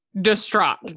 distraught